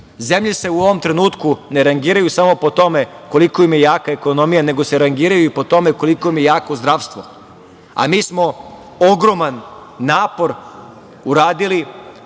se u ovom trenutku ne rangiraju samo po tome koliko im je jaka ekonomija, nego se rangiraju i po tome koliko im je jako zdravstvo, a mi smo ogroman napor uradili